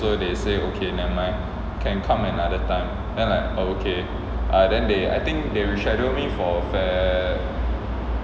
so they say okay never mind can come another time then like oh okay ah then they I think they reschedule me for feb~